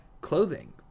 clothing